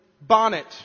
Bonnet